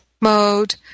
mode